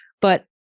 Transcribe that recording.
but-